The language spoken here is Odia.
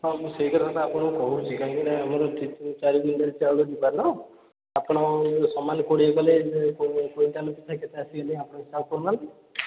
ହଁ ମୁଁ ସେହି କଥାଟା ଆପଣଙ୍କୁ କହୁଛି କାହିଁକି ନା ଆମର ତିନି ଚାରି କ୍ୱିଣ୍ଟାଲ୍ ଚାଉଳ ଯିବ ନା ଆପଣ ସମାନ କୋଡ଼ିଏ କଲେ କ୍ୱିଣ୍ଟାଲ୍କୁ କେତେ ଆସିଲେ ଆପଣ ହିସାବ କରୁ ନାହାନ୍ତି